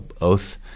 Oath